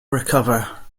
recover